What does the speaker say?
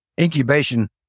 Incubation